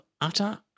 utter